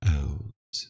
out